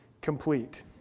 complete